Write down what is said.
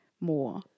more